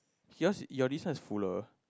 yours your this one is plural